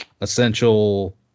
essential